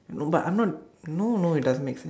no but I'm not no no it doesn't make sense